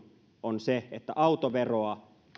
on se että autoveroa